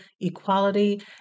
equality